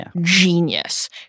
genius